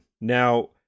now